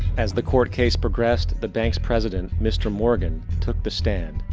as the court case progressed, the bank's president mr. morgan took the stand.